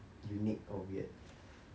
unique or weird